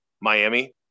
Miami